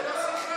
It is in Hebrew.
זאת לא שיחה.